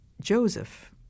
Joseph